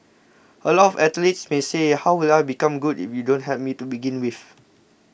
a lot of athletes may say how will I become good if you don't help me to begin with